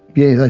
yeah,